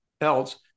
else